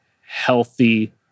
healthy